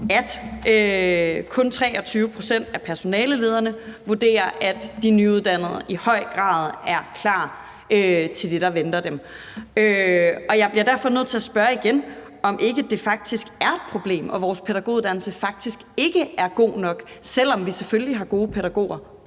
at kun 23 pct. af personalelederne vurderer, at de nyuddannede i høj grad er klar til det, der venter dem. Og jeg bliver derfor nødt til at spørge, igen, om ikke det faktisk er et problem, og om vores pædagoguddannelse faktisk ikke er god nok, selv om vi selvfølgelig har gode pædagoger